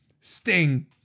Sting